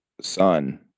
son